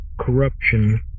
corruption